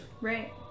Right